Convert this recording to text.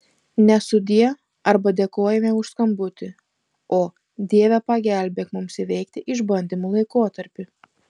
ne sudie arba dėkojame už skambutį o dieve pagelbėk mums įveikti išbandymų laikotarpį